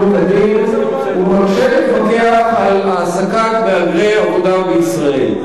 כדין ומקשה לפקח על העסקת מהגרי עבודה בישראל.